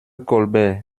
colbert